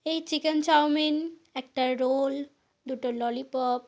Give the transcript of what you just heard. এই chicken chow mein একটা roll দুটো ললিপপ